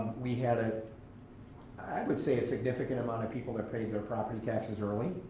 we had, ah i would say, a significant amount of people that paid their property taxes early.